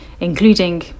including